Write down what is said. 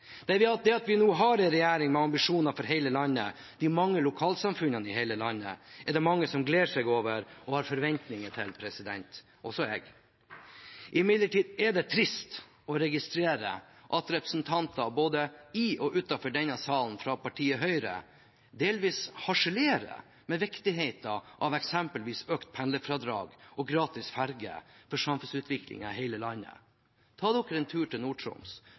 mange som gleder seg over og har forventninger til – også jeg. Det er imidlertid trist å registrere at representanter fra partiet Høyre både i og utenfor denne salen delvis harselerer med viktigheten av eksempelvis økt pendlerfradrag og gratis ferge for samfunnsutviklingen i hele landet. De må ta seg en tur til